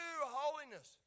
holiness